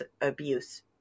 abuse